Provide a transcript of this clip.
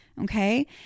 Okay